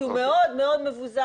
כי הוא מאוד מאוד מבוזר.